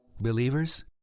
Believers